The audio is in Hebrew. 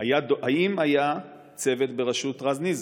האם היה צוות ברשות רז נזרי?